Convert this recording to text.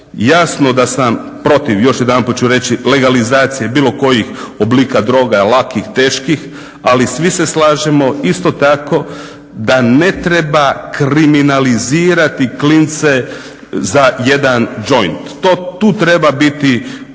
Jasno da sam protiv, još jedanput ću reći, legalizacije bilo kojih oblika droga, lakih, teških, ali svi se slažemo isto tako da ne treba kriminalizirati klince za jedan joint. Tu treba biti